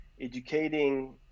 educating